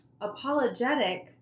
apologetic